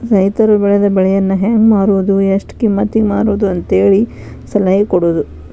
ರೈತರು ಬೆಳೆದ ಬೆಳೆಯನ್ನಾ ಹೆಂಗ ಮಾರುದು ಎಷ್ಟ ಕಿಮ್ಮತಿಗೆ ಮಾರುದು ಅಂತೇಳಿ ಸಲಹೆ ಕೊಡುದು